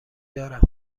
دارم